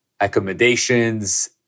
accommodations